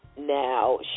now